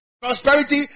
Prosperity